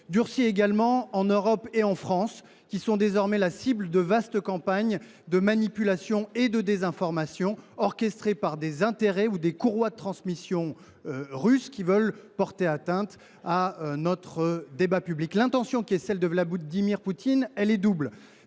mémoire –, en Europe et en France, qui sont désormais la cible de vastes campagnes de manipulation et de désinformation orchestrées par des intérêts ou des courroies de transmission russophiles, qui veulent porter atteinte à notre débat public. L’intention de Vladimir Poutine est double